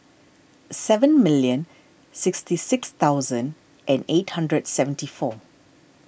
seven million sixty six thousand and eight hundred seventy four